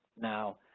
now,